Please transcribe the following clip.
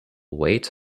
wait